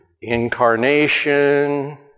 incarnation